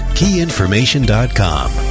keyinformation.com